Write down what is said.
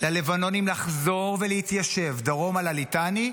ללבנונים לחזור ולהתיישב מדרום לליטני,